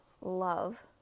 love